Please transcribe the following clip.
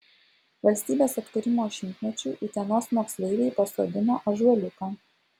valstybės atkūrimo šimtmečiui utenos moksleiviai pasodino ąžuoliuką